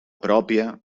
pròpia